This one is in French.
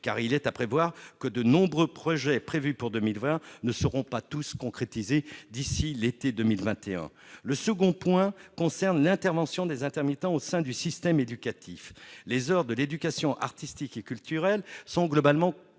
en effet à craindre que de nombreux projets prévus pour 2020 ne puissent pas être tous réalisés d'ici à l'été 2021. Le second point concerne l'intervention des intermittents au sein du système éducatif. Les heures de l'éducation artistique et culturelle sont globalement plafonnées